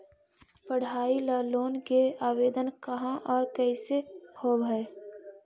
पढाई ल लोन के आवेदन कहा औ कैसे होब है?